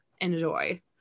enjoy